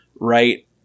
right